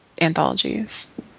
anthologies